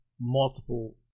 multiple